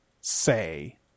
say